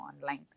online